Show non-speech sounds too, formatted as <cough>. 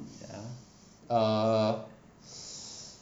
<breath> uh <breath>